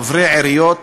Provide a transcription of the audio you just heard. חברי עיריות,